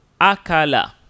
Akala